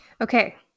Okay